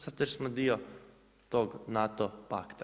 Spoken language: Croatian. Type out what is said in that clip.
Zato jer smo dio tog NATO pakta.